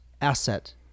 asset